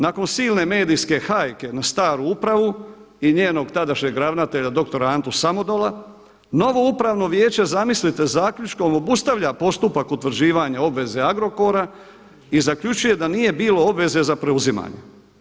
Nakon silne medijske hajke na staru upravu i njenog tadašnjeg ravnatelja doktora Antu Samodola, novo upravno vijeće zamislite zaključkom obustavlja postupak utvrđivanja obveze Agrokora i zaključuje da nije bilo obveze za preuzimanje.